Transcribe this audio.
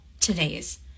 today's